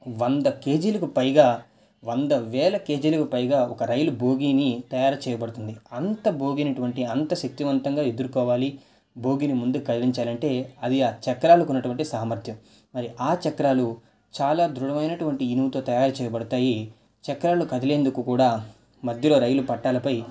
వంద కేజీలకు పైగా వంద వేల కేజీలకు పైగా ఒక రైలు బోగీని తయారు చేయబడుతుంది అంత భోగి అయినటువంటి అంత శక్తివంతంగా ఎదుర్కోవాలి బోగిని ముందుకు కదిలించాలి అంటే అది చక్రాలకున్నటువంటి సామర్థ్యం మరి ఆ చక్రాలు చాలా దృఢమైనటువంటి ఇనుముతో తయారు చేయబడతాయి చక్రాలు కదిలెందుకు కూడా మధ్యలో రైలు పెట్టాలపై